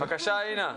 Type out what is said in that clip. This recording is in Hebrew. בבקשה, אינה.